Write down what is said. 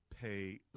pay